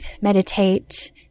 Meditate